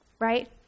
right